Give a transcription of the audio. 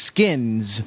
Skins